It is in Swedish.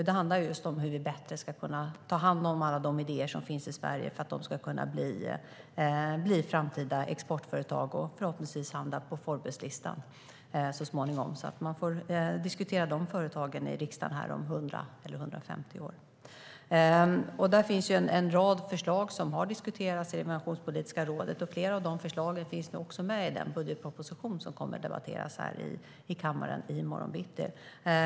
Det handlar just om hur vi bättre ska kunna ta hand om alla de idéer som finns i Sverige för att de ska kunna bli framtida exportföretag som förhoppningsvis hamnar på Forbeslistan så småningom, så att man får diskutera de företagen i riksdagen om 100 eller 150 år. Det finns en rad förslag som har diskuterats i det innovationspolitiska rådet. Flera av de förslagen finns med i den budgetproposition som kommer att debatteras här i kammaren i morgon bitti.